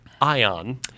Ion